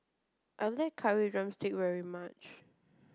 I like curry drumstick very much